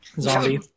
Zombie